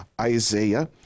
Isaiah